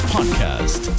Podcast